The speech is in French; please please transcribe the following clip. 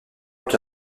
buts